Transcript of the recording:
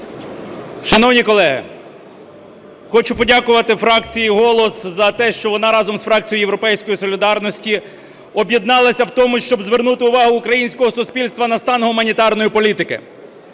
Шановні колеги, хочу подякувати фракції "Голос" за те, що вона разом із фракцією "Європейської солідарності" об'єдналася в тому, щоб звернути увагу українського суспільства на стан гуманітарної політики.